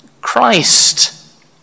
Christ